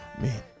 man